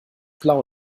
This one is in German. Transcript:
blau